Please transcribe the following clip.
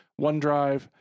OneDrive